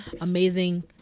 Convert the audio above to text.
Amazing